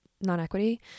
non-equity